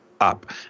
up